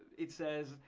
it says,